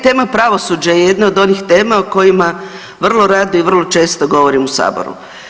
Tema pravosuđa je jedna od onih tema o kojima vrlo rado i vrlo često govorim u saboru.